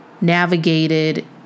navigated